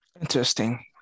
Interesting